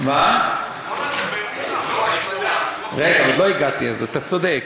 רגע, עוד לא הגעתי, אז אתה צודק.